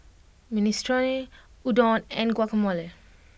Minestrone Udon and Guacamole